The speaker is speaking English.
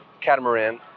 catamaran